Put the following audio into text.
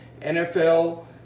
NFL